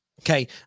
Okay